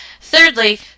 Thirdly